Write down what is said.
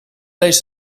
leest